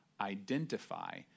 identify